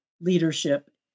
leadership